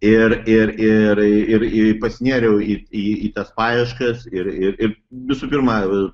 ir ir ir ir pasinėriau į į tas paieškas ir ir visų pirma